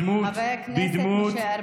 חבר הכנסת משה ארבל.